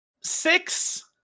six